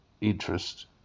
interest